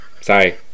Sorry